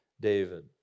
David